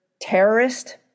terrorist